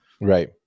Right